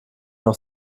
noch